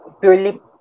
purely